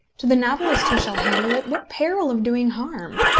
to the novelist who shall handle it, what peril of doing harm!